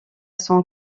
son